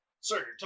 Sir